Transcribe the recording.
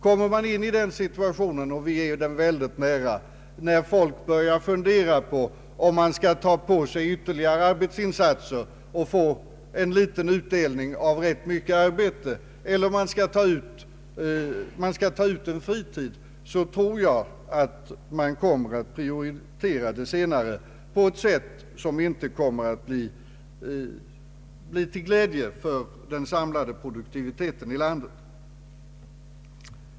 Kommer man i den situationen — och vi är den väldigt nära — där folk börjar att fundera över huruvida man skall ta på sig mer arbete och få en liten utdelning av rätt mycket arbete eller man skall ta ut mer fritid, så tror jag att man kommer att prioritera det senare alternativet, vilket inte kommer att bli till glädje för den samlade produktiviteten i landet.